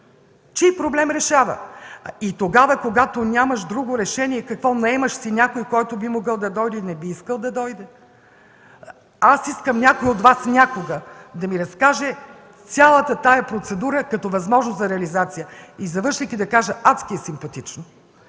Чий проблем решава?! И тогава, когато нямаш друго решение – какво ? Наемаш си някой, който би могъл да дойде и не би искал да дойде? Аз искам някой от Вас някога да ми разкаже цялата тази процедура като възможност за реализация и, завършвайки, да кажа: адски е симпатично,